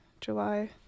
July